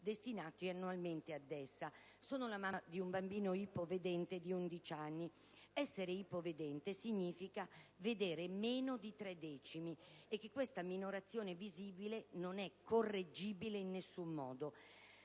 destinati annualmente ad essa. Sono la mamma di un bambino ipovedente di 11 anni. Essere ipovedente significa vedere meno di tre decimi e che questa minorazione visiva non è correggibile in nessun modo.